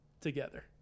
together